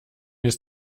ist